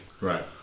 Right